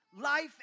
Life